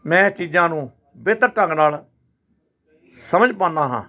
ਮੈਂ ਚੀਜ਼ਾਂ ਨੂੰ ਬਿਹਤਰ ਢੰਗ ਨਾਲ ਸਮਝ ਪਾਉਂਦਾ ਹਾਂ